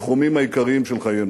בתחומים העיקריים של חיינו.